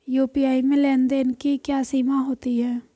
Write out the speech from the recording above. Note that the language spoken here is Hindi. यू.पी.आई में लेन देन की क्या सीमा होती है?